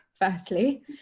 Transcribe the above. firstly